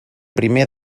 primer